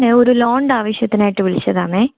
ഞാൻ ഒരു ലോണിൻ്റെ ആവശ്യത്തിനായിട്ട് വിളിച്ചതാണെ